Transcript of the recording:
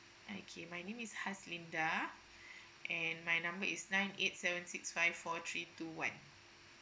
okay my name is haslinda and my number is nine eight seven six five four three two one